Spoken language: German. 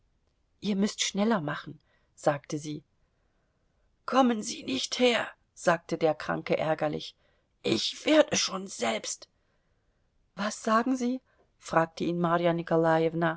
ihr müßt schneller machen sagte sie kommen sie nicht her sagte der kranke ärgerlich ich werde schon selbst was sagen sie fragte ihn marja